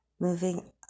moving